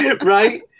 Right